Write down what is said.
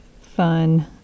fun